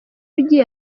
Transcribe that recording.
ugiye